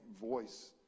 voice